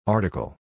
Article